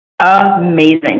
Amazing